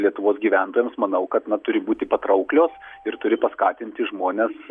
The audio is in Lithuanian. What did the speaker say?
lietuvos gyventojams manau kad na turi būti patrauklios ir turi paskatinti žmones